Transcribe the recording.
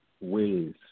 ways